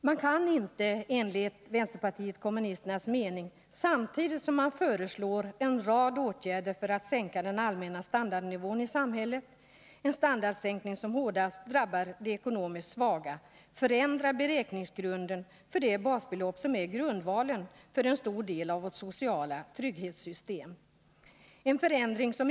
Man kan inte enligt vpk:s mening samtidigt som man föreslår en rad åtgärder för att sänka den allmänna standardnivån i samhället — en standardsänkning som hårdast drabbar de ekonomiskt svaga — förändra beräkningsgrunden för det basbelopp som är grundvalen för en stor del av vårt sociala trygghetssystem.